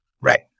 Right